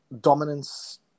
dominance